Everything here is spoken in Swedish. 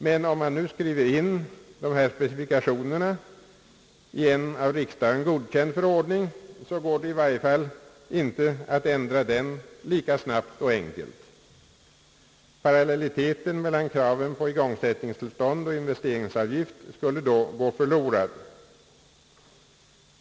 Men om man nu skriver in dessa specifikationer i en av riksdagen godkänd förordning, går det i varje fall icke att ändra den lika snabbt och enkelt. Parallelliteten mellan kraven på igångsättningstillstånd och investeringsavgift skulle då gå förlorad.